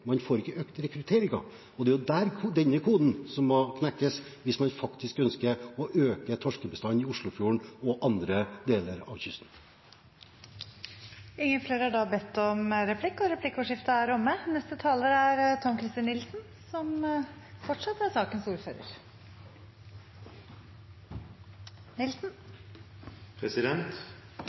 man får opp bestanden og overlevelsesgraden for torsken gjennom å verne, med mindre fiske, osv., men man får ikke økt rekrutteringen, og det er denne koden som må knekkes hvis man faktisk ønsker å øke torskebestanden i Oslofjorden og andre deler av kysten. Replikkordskiftet er omme. De talere som